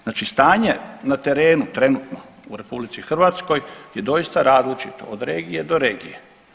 Znači stanje na terenu trenutno u RH je doista različito od regije do regije.